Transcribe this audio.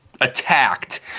attacked